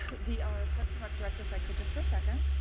the parks and rec director. if i could just for a second